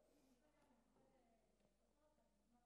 אם אתה מומחה, אני אשמח לשכור את שירותיך.